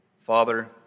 Father